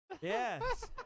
Yes